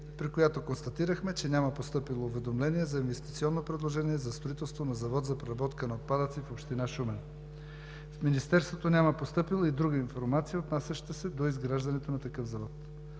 при която констатирахме, че няма постъпило уведомление за инвестиционно предложение за строителство на завод за преработка на отпадъци в община Шумен. В Министерството няма постъпила и друга информация, отнасяща се до изграждането на такъв завод.